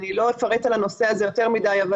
אני לא אפרט על הנושא הזה יותר מדי אבל